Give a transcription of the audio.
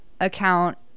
account